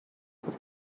but